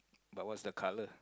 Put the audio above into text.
but what's the color